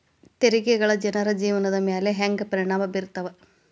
ತೆರಿಗೆಗಳ ಜನರ ಜೇವನದ ಮ್ಯಾಲೆ ಹೆಂಗ ಪರಿಣಾಮ ಬೇರ್ತವ